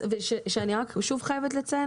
אני רק שוב חייבת לציין,